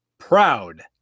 Proud